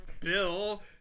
bill